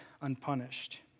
unpunished